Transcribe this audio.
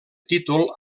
títol